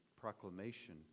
proclamation